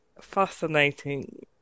fascinating